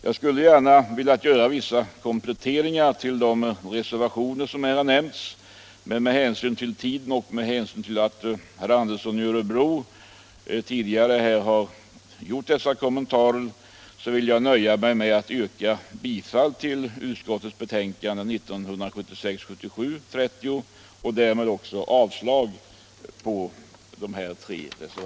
Jag skulle gärna ha velat göra vissa kommentarer till de reservationer som här har nämnts, men med hänsyn till tidpunkten och då herr Andersson i Örebro tidigare har gjort dessa kommentarer, skall Näringspolitiken Näringspolitiken jag nöja mig med att yrka bifall till utskottets hemställan och därmed avslag på de tre reservationerna.